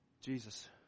Jesus